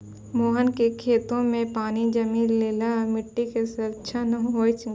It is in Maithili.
मोहन के खेतो मॅ पानी जमी गेला सॅ मिट्टी के क्षरण होय गेलै